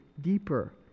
deeper